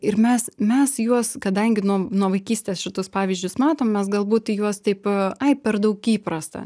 ir mes mes juos kadangi nuo nuo vaikystės šitus pavyzdžius matom mes galbūt į juos taip ai per daug įprasta